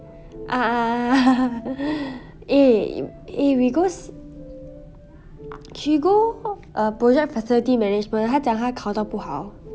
ah ah ah ah eh eh we go she go err project facility management 她讲她考到不好